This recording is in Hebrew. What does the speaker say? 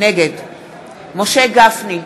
נגד משה גפני,